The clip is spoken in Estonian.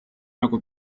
nagu